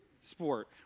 sport